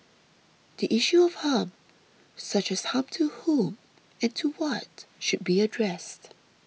the issue of harm such as harm to whom and to what should be addressed